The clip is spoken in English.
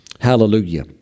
Hallelujah